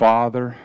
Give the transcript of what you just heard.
Father